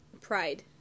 pride